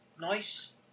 nice